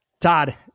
Todd